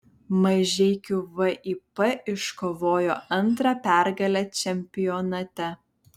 mažeikių vip iškovojo antrą pergalę čempionate